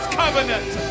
covenant